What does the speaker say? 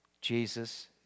Jesus